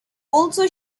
also